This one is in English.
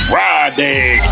Friday